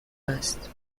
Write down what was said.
است